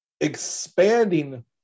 expanding